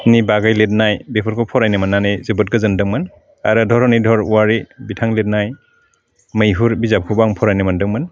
नि बागै लिदनाय बेफोरखौ फरायनो मोन्नानै जोबोद गोजोनदोंमोन आरो धर'निधर वारि बिथां लिदनाय मैहुर बिजाबखौबो आं फरायनो मोन्दोंमोन